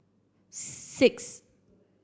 six